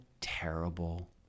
terrible